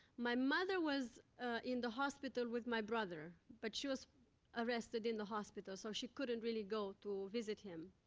my mother was in the hospital with my brother, but she was arrested in the hospital, so she couldn't really go to visit him.